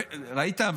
ראית?